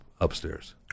upstairs